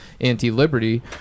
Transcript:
anti-liberty